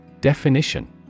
Definition